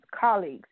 colleagues